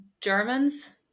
Germans